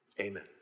Amen